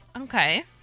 Okay